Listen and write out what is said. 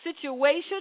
situation